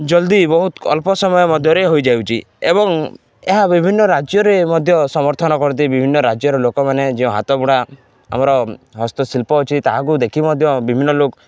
ଜଲ୍ଦି ବହୁତ ଅଳ୍ପ ସମୟ ମଧ୍ୟରେ ହୋଇଯାଉଛି ଏବଂ ଏହା ବିଭିନ୍ନ ରାଜ୍ୟରେ ମଧ୍ୟ ସମର୍ଥନ କରନ୍ତି ବିଭିନ୍ନ ରାଜ୍ୟର ଲୋକମାନେ ଯେଉଁ ହାତଗୁଡ଼ା ଆମର ହସ୍ତଶିଳ୍ପ ଅଛି ତାହାକୁ ଦେଖି ମଧ୍ୟ ବିଭିନ୍ନ ଲୋକ